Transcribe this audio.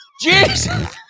Jesus